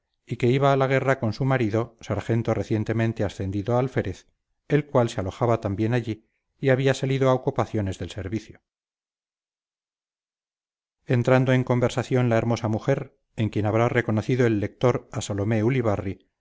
y que iba a la guerra con su marido sargento recientemente ascendido a alférez el cual se alojaba también allí y había salido a ocupaciones del servicio entrando en conversación la hermosa mujer en quien habrá reconocido el lector a salomé ulibarri